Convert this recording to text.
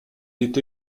est